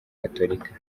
gatolika